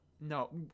No